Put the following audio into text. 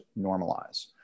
normalize